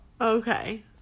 Okay